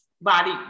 Body